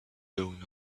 going